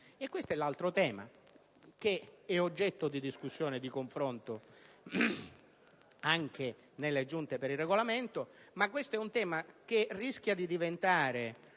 Questo è l'altro tema che è oggetto di discussione e confronto anche nelle Giunte per il Regolamento ed è un tema che rischia di diventare